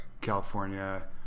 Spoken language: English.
California